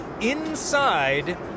inside